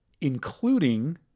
including